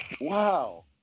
Wow